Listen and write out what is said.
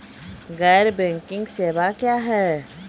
गैर बैंकिंग सेवा क्या हैं?